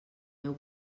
heu